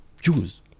Jews